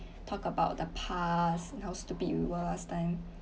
talk about the past how stupid we were last time